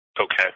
Okay